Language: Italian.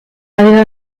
aveva